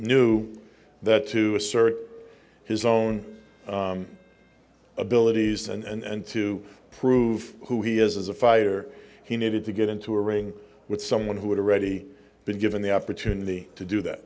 knew that to assert his own abilities and to prove who he is as a fighter he needed to get into a ring with someone who had already been given the opportunity to do that